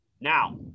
Now